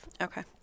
okay